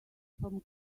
from